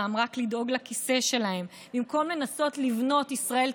הם כולם חלק ממדינת ישראל.